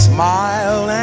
Smile